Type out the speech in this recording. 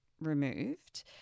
removed